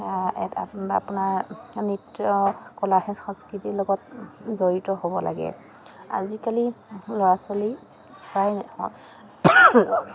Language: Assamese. আপোনাৰ নৃত্য কলা সংস্কৃতিৰ লগত জড়িত হ'ব লাগে আজিকালি ল'ৰা ছোৱালী প্ৰায়